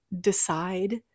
decide